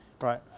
Right